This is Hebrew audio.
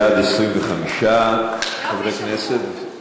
בעד, 25 חברי כנסת,